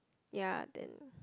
ya then